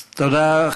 תודה.